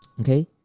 okay